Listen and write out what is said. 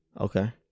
Okay